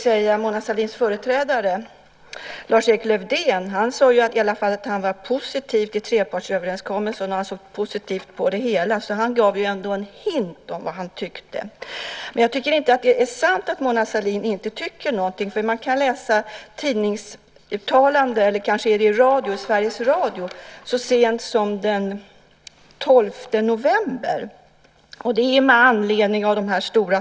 Mona Sahlins företrädare, Lars-Erik Lövdén sade i alla fall att han var positiv till trepartsöverenskommelsen och att han såg positivt på det hela. Han gav ändå en hint om vad han tyckte. Det är inte sant att Mona Sahlin inte tycker något. Så sent som den 12 november kunde man i Sveriges Radio höra Mona Sahlin säga att hon inte ville ha något ökat inslag av marknadshyra.